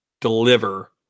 deliver